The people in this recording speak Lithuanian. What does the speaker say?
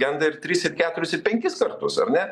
genda ir tris ir keturis ir penkis kartus ar ne